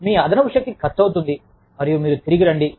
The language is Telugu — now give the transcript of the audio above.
మీ అదనపు శక్తి ఖర్చవుతుంది మరియు మీరు తిరిగి రండి